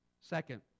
Second